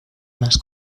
más